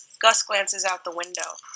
gus glances out the window.